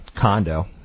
condo